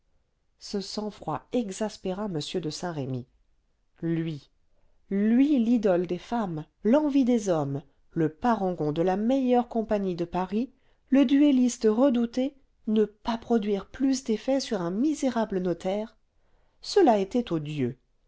ce sang-froid exaspéra m de saint-remy lui lui l'idole des femmes l'envie des hommes le parangon de la meilleure compagnie de paris le duelliste redouté ne pas produire plus d'effet sur un misérable notaire cela était odieux